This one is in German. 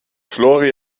flori